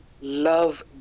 Love